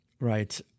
Right